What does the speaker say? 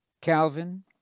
Calvin